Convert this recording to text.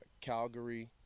Calgary